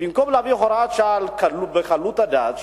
במקום להביא הוראת שעה בקלות דעת,